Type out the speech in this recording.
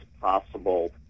possible